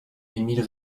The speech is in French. émile